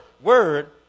word